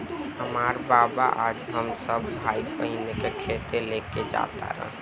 हामार बाबा आज हम सब भाई बहिन के खेत लेके जा तारन